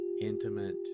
intimate